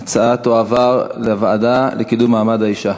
ההצעה תועבר לוועדה לקידום מעמד האישה.